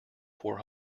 four